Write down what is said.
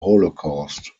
holocaust